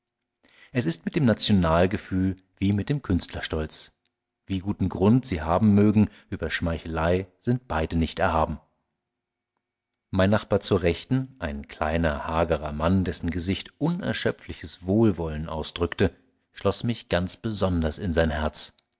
es ist mit dem nationalgefühl wie mit dem künstlerstolz wie guten grund sie haben mögen über schmeichelei sind beide nicht erhaben mein nachbar zur rechten ein kleiner hagerer mann dessen gesicht unerschöpfliches wohlwollen ausdrückte schloß mich ganz besonders in sein herz